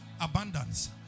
abundance